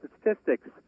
statistics